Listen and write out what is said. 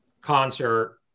concert